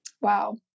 Wow